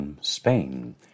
Spain